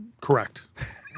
Correct